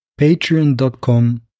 Patreon.com